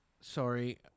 Sorry